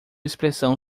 expressão